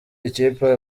ikipe